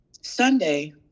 sunday